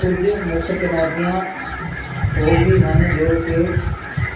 ਕੁਝ ਮੁੱਖ ਚੁਣੌਤੀਆਂ ਹੋਰ ਵੀ ਹਨ ਜੋ ਕਿ